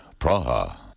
Praha. (